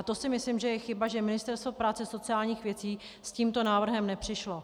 To si myslím, že je chyba, že Ministerstvo práce a sociálních věcí s tímto návrhem nepřišlo.